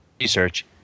research